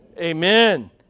Amen